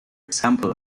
example